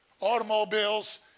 automobiles